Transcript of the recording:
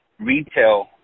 retail